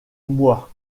mois